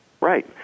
Right